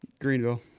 Greenville